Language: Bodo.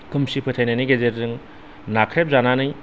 खोमसि फोथायनायनि गेजेरजों नाख्रेबजानानै